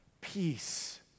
peace